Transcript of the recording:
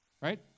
right